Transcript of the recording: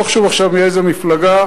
לא חשוב עכשיו מאיזו מפלגה,